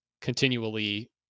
continually